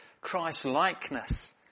Christ-likeness